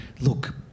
Look